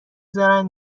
زارن